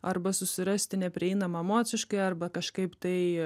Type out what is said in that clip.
arba susirasti neprieinamą emociškai arba kažkaip tai